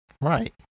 Right